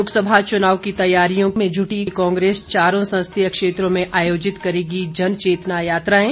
लोकसभा चुनाव की तैयारियों में जुटी कांग्रेस चारों संसदीय क्षेत्रों में आयोजित करेगी जनचेतना यात्राएं